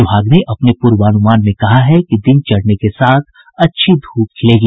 विभाग ने अपने पूर्वानुमान में कहा है कि दिन चढ़ने के साथ अच्छी ध्रप खिलेगी